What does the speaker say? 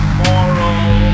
moral